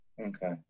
Okay